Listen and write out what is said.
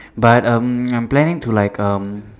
but um I'm planning to like um